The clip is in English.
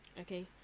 Okay